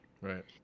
Right